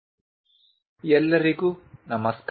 ಪರಿಚಯ VI ಎಲ್ಲರಿಗೂ ನಮಸ್ಕಾರ